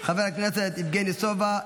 חבר הכנסת יבגני סובה,